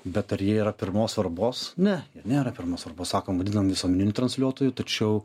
bet ar jie yra pirmos svarbos ne nėra pirmos svarbos sakom vadinam visuomeniniu transliuotoju tačiau